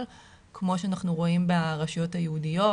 כמו שאנחנו רואים ברשויות היהודיות,